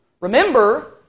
Remember